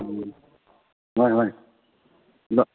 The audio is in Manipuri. ꯍꯣꯏ ꯍꯣꯏ ꯑꯗꯣ